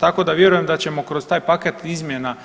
Tako da vjerujem da ćemo kroz taj paket izmjena